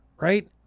right